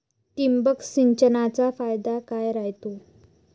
ठिबक सिंचनचा फायदा काय राह्यतो?